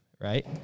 right